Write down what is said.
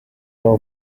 saw